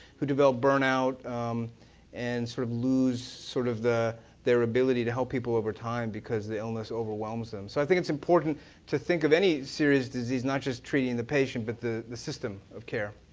who develop burn out and sort of lose sort of their ability to help people over time because the illness overwhelms them. so i think it's important to think of any serious disease, not just treating the patient but the the system of care.